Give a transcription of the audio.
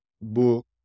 book